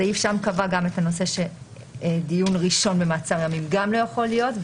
הסעיף שם קבע גם את הנושא שדיון ראשון במעצר ימים גם לא יכול להיות.